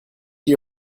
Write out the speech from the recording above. die